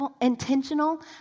intentional